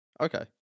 Okay